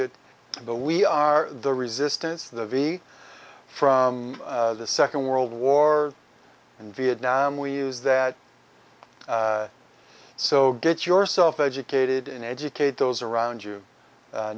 it but we are the resistance the v from the second world war in vietnam we use that so get yourself educated and educate those around you